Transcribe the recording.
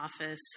office